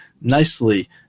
nicely